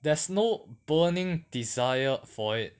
there's no burning desire for it